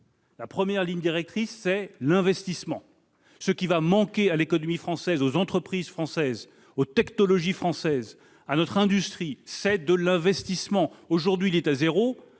La première ligne directrice de cette relance est l'investissement. Ce qui va manquer à l'économie française, aux entreprises françaises, aux technologies françaises, à notre industrie, c'est de l'investissement. Aujourd'hui, il est à zéro,